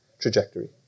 trajectory